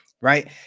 right